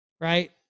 Right